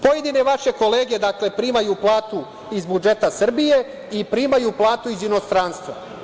Pojedine vaše kolege primaju platu iz budžeta Srbije i primaju platu iz inostranstva.